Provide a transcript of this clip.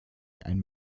ein